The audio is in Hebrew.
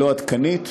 לא עדכנית,